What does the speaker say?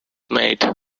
made